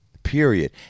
Period